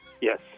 Yes